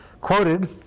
quoted